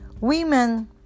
women